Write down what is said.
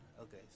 okay